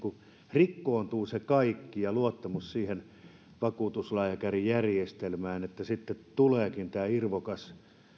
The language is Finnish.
rikkoontuu se kaikki oikeudenmukaisuuden kokemus ja luottamus vakuutuslääkärijärjestelmään sitten tuleekin tämä irvokas